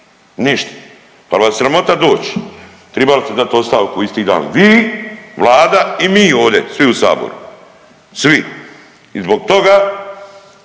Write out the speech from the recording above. ništa. Pa jel vas sramota doći? Tribali ste dati ostavku isti dan. Vi, vlada i mi ovde svi u saboru, svi. I zbog toga